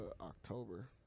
October